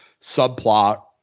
subplot